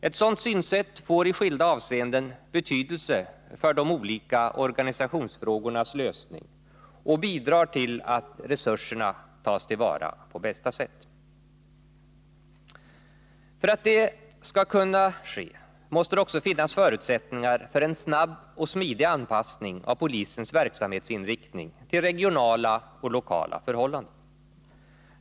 Ett sådant synsätt får i skilda avseenden betydelse för de olika organisationsfrågornas lösning och bidrar till att resurserna tas till vara på bästa sätt. För att detta skall kunna ske måste det också finnas förutsättningar för en snabb och smidig anpassning av polisens verksamhetsinriktning till regionala och lokala förhållanden.